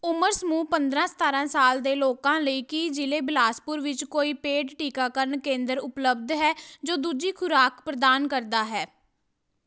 ਉਮਰ ਸਮੂਹ ਪੰਦਰਾਂ ਸਤਾਰਾਂ ਸਾਲ ਦੇ ਲੋਕਾਂ ਲਈ ਕੀ ਜ਼ਿਲ੍ਹੇ ਬਿਲਾਸਪੁਰ ਵਿੱਚ ਕੋਈ ਪੇਡ ਟੀਕਾਕਰਨ ਕੇਂਦਰ ਉਪਲਬਧ ਹੈ ਜੋ ਦੂਜੀ ਖੁਰਾਕ ਪ੍ਰਦਾਨ ਕਰਦਾ ਹੈ